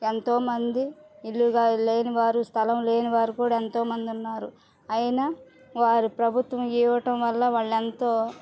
ఎంతో మంది ఇల్లు లేని వారు స్థలం లేని వారు కూడా ఎంతోమంది ఉన్నారు అయినా వారి ప్రభుత్వం ఇవ్వడం వల్ల వాళ్ళు ఎంతో